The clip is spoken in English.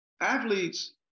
athletes